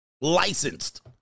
licensed